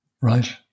Right